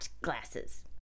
glasses